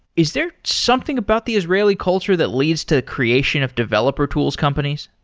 is there something about the israeli culture that leads to creation of developer tools companies?